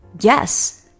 Yes